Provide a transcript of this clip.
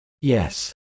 Yes